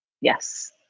Yes